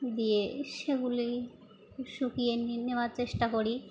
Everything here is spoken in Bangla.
দিয়ে সেগুলি শুকিয়ে নিয়ে নেওয়ার চেষ্টা করি